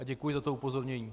Děkuji za to upozornění.